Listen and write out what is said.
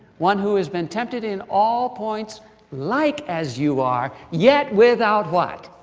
one who has been tempted in all points like as you are, yet without, what.